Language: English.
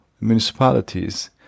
municipalities